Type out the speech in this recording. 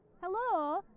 Hello